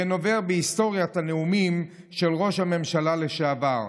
ונובר בהיסטוריית הנאומים של ראש הממשלה לשעבר.